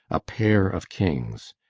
a pair of kings